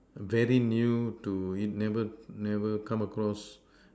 very new to in never come across